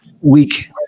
week